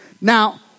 Now